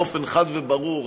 באופן חד וברור,